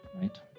right